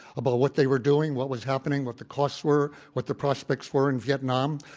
about what they were doing, what was happening, what the costs were, what the prospects were in vietnam.